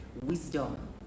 wisdom